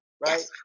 Right